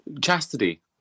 Chastity